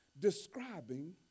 describing